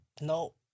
no